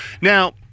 Now